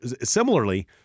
similarly